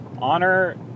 Honor